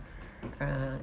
uh